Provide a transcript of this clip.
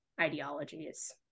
ideologies